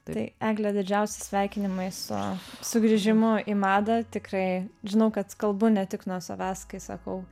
tai egle didžiausi sveikinimai su sugrįžimu į madą tikrai žinau kad kalbu ne tik nuo savęs kai sakau